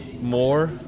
more